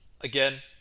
again